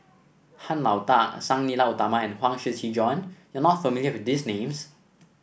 Han Lao Da Sang Nila Utama and Huang Shiqi Joan you are not familiar with these names